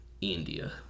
India